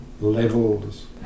levels